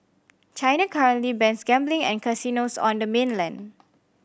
China currently bans gambling and casinos on the mainland